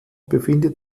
befindet